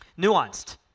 nuanced